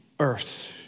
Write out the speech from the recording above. earth